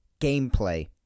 gameplay